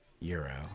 euro